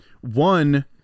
One